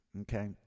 okay